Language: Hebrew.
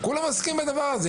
כולם מסכימים לדבר הזה.